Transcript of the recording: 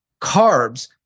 carbs